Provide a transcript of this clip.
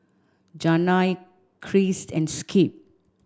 Janay Christ and Skip